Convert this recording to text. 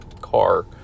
car